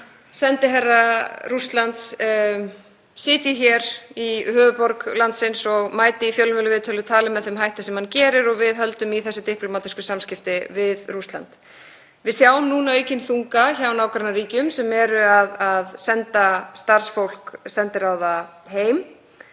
sendiherra Rússlands sitji hér í höfuðborg landsins og mæti í fjölmiðlaviðtöl og tali með þeim hætti sem hann gerir og við höldum í þessi diplómatísku samskipti við Rússland? Við sjáum núna aukinn þunga hjá nágrannaríkjum sem eru að senda starfsfólk sendiráða heim.